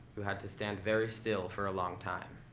you had to stand very still for a long time.